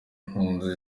mpunzi